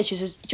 yeah